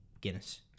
Guinness